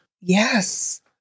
Yes